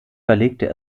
verlegte